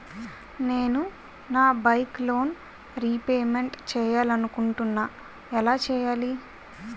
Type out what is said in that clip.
నేను నా bike loan repayment చేయాలనుకుంటున్నా ఎలా చేయాలి?